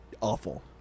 awful